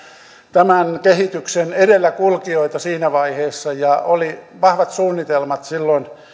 tämän kehityksen edelläkulkijoita siinä vaiheessa silloin oli vahvat suunnitelmat